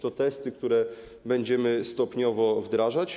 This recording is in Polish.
To testy, które będziemy stopniowo wdrażać.